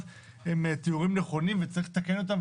הם תיאורים נכונים וצריך לתקן אותם,